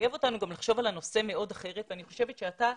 מחייב אותנו לחשוב על הנושא מאוד אחרת ואני חושבת שאתה,